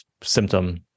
symptom